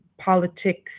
politics